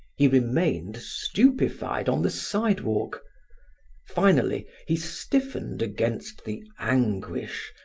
he remained, stupefied, on the sidewalk finally, he stiffened against the anguish,